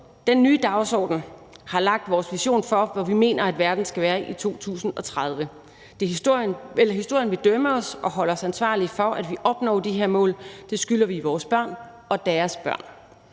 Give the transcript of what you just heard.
»Den nye dagsorden har lagt vores vision for, hvor vi mener, at verdens skal være i 2030. Historien vil dømme os – og holde os ansvarlige for at opnå de her mål, som vi skylder vores børn. Og deres børn.«